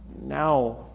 now